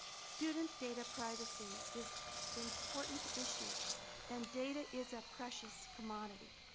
student data privacy is important issue and data is a precious commodity.